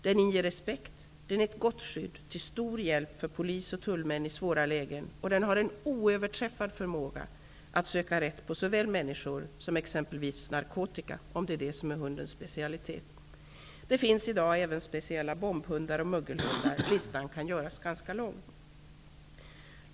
Den inger respekt, den är ett gott skydd och till stor hjälp för polis och tullmän i svåra lägen, och den har en oöverträffad förmåga att söka rätt på såväl människor som exempelvis narkotika -- om det är det som är hundens specialitet. Det finns i dag även speciella bombhundar, mögelhundar etc. Listan kan göras ganska lång.